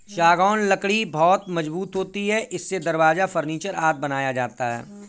सागौन लकड़ी बहुत मजबूत होती है इससे दरवाजा, फर्नीचर आदि बनाया जाता है